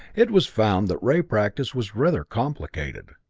it was found that ray practice was rather complicated.